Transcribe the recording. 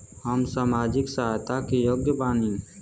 हम सामाजिक सहायता के योग्य बानी?